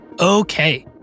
Okay